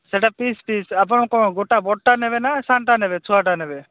ସେଇଟା piece piece ଆପଣ କ'ଣ ଗୋଟା ବଡ଼ଟା ନେବେ ନା ସାନଟା ନେବେ ଛୁଆଟା ନେବେ